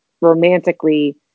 romantically